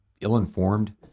ill-informed